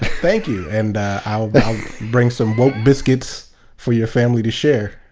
thank you. and i will bring some woke biscuits for your family to share.